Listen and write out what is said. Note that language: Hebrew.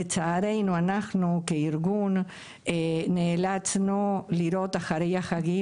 לצערנו אנחנו כארגון נאלצנו לראות אחרי החגים,